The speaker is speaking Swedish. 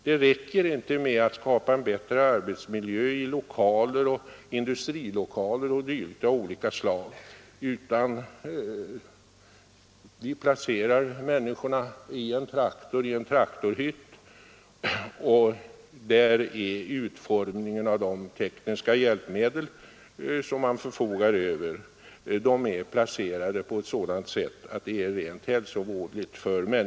Det räcker inte att skapa en bättre arbetsmiljö i industrilokaler o.d. Vi placerar människorna i en traktorhytt, där de tekniska hjälpmedel som hon förfogar över är placerade på ett sådant sätt att det är rent hälsovådligt.